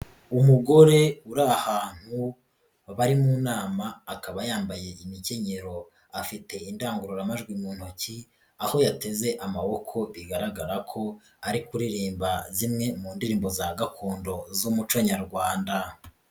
Umugore uri ahantu bari mu nama, akaba yambaye imkenyero, afite indangururamajwi mu ntoki, aho yateze amaboko, bigaragara ko ari kuririmba zimwe mu ndirimbo za gakondo z'umuco nyarwanda.